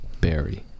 Barry